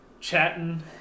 chatting